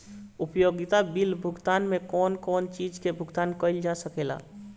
उपयोगिता बिल भुगतान में कौन कौन चीज के भुगतान कइल जा सके ला?